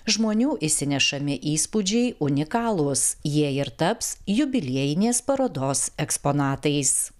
žmonių išsinešami įspūdžiai unikalūs jie ir taps jubiliejinės parodos eksponatais